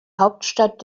hauptstadt